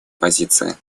позиции